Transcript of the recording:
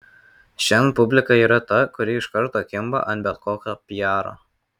šiandien publika yra ta kuri iš karto kimba ant bet kokio piaro